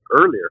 earlier